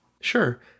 Sure